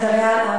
נדב איל.